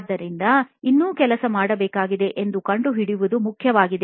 ಆದ್ದರಿಂದ ಇನ್ನು ಕೆಲಸ ಮಾಡಬೇಕಾಗಿದೆ ಎಂದು ಕಂಡುಹಿಡಿಯುವುದು ಮುಖ್ಯವಾಗಿದೆ